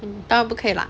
当然不可以啦